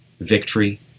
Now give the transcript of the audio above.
Victory